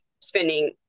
spending